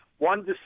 one